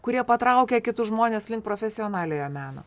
kurie patraukia kitus žmones link profesionaliojo meno